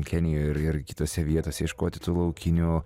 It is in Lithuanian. kenijoje ir ir kitose vietose ieškoti tų laukinių